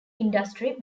industry